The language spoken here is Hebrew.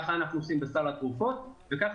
ככה אנחנו עושים בסל התרופות וככה